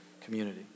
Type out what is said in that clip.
community